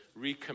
recommit